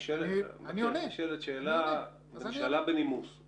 נכון לעכשיו אנחנו נמצאים בתהליך עבודה שמשמעותו צפי שלוש שנים קדימה.